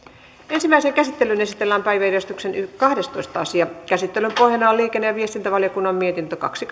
ensimmäiseen käsittelyyn esitellään päiväjärjestyksen kahdestoista asia käsittelyn pohjana on liikenne ja viestintävaliokunnan mietintö kaksi